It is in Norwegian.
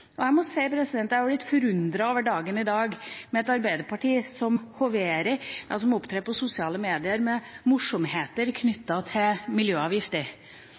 Og jeg må si at jeg er litt forundret over dagen i dag, med et Arbeiderparti som hoverer, som opptrer på sosiale medier med morsomheter knyttet til miljøavgifter.